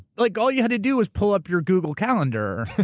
like all you had to do was pull up your google calendar,